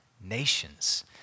nations